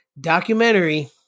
documentary